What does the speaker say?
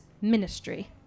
ministry